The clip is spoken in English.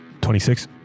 26